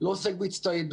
לא עוסק בהצטיידות,